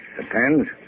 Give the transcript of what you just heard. Depends